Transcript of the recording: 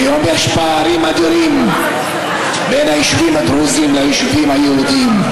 כיום יש פערים אדירים בין היישובים הדרוזיים ליישובים היהודיים.